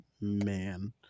man